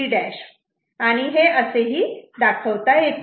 B' A⊕B असे दाखवता येते